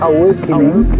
awakening